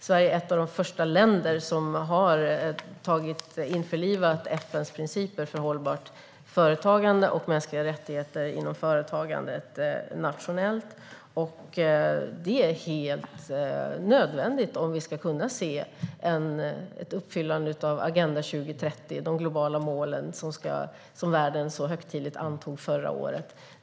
Sverige är ett av de första länder som har införlivat FN:s principer för hållbart företagande och mänskliga rättigheter inom företagandet nationellt. Det är helt nödvändigt om vi ska kunna se ett uppfyllande av Agenda 2030, de globala mål som världen så högtidligt antog förra året.